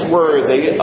worthy